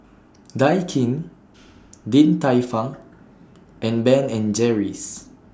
Daikin Din Tai Fung and Ben and Jerry's